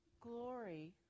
glory